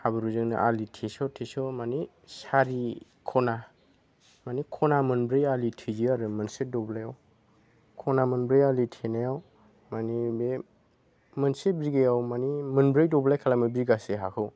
हाब्रुजोंनो आलि थेस' थेस' माने सारि खना माने खना मोनब्रै आलि थेयो आरो मोनसे दब्लायाव खना मोनब्रै आलि थेनायाव माने बे मोनसे बिगायाव माने मोनब्रै दब्लाय खालामो बिगासे हाखौ